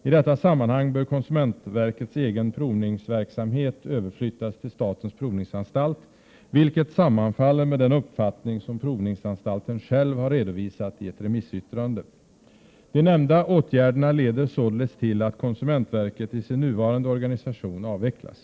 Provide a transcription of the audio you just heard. I detta sammanhang bör konsumentverkets egen provningsverksamhet överflyttas till statens provningsanstalt, vilket sammanfaller med den uppfattning som provningsanstalten själv har redovisat i ett remissyttrande. De nämnda åtgärderna leder således till att konsumentverket i sin nuvarande organisation avvecklas.